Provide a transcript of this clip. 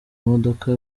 modoka